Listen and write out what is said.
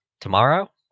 tomorrow